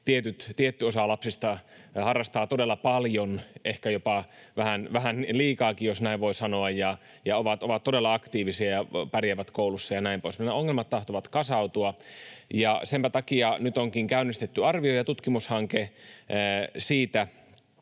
tietty osa lapsista harrastaa todella paljon — ehkä jopa vähän liikaakin, jos näin voi sanoa — ja ovat todella aktiivisia ja pärjäävät koulussa ja näin poispäin. Nämä ongelmat tahtovat kasautua, ja senpä takia nyt onkin käynnistetty arvio- ja tutkimushanke siitä,